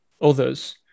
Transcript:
others